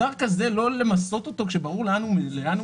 האם לא למסות מוצר כזה כאשר ברור לאן הוא מיועד?